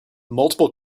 multiple